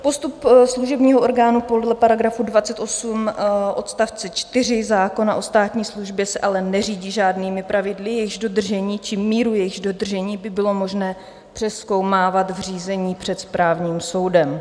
Postup služebního orgánu podle § 28 odst. 4 zákona o státní službě se ale neřídí žádnými pravidly, jejichž dodržení či míru jejich dodržení by bylo možno přezkoumávat v řízení před správním soudem.